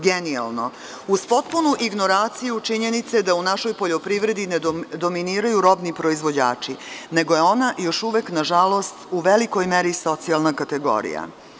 Genijalno, uz potpunu ignoraciju činjenice da u našoj poljoprivredi ne dominiraju robni proizvođači, nego je ona još uvek, nažalost, u velikoj meri socijalna kategorija.